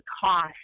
cost